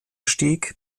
stieg